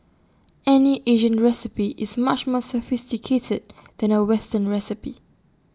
any Asian recipe is much more sophisticated than A western recipe